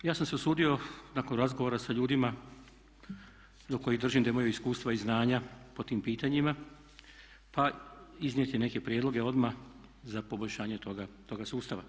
Ja sam se usudio nakon razgovora sa ljudima do kojih držim da imaju iskustva i znanja po tim pitanjima pa iznijeti neke prijedloge odmah za poboljšanje toga sustava.